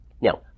Now